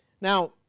Now